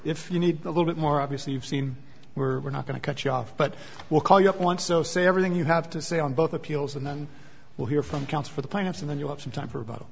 if you need a little bit more obviously you've seen we're not going to cut you off but we'll call you up once so say everything you have to say on both appeals and then we'll hear from counts for the plaintiffs and then you have some time for about